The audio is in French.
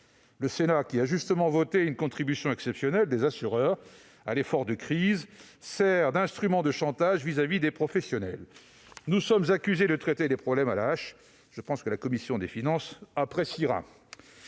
Le Sénat, qui a voté une contribution exceptionnelle des assureurs à l'effort de crise, sert d'instrument de chantage auprès des professionnels du secteur. Nous sommes accusés de traiter les problèmes « à la hache »; la commission des finances appréciera